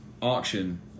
auction